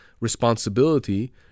responsibility